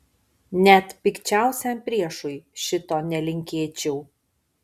net pikčiausiam priešui šito nelinkėčiau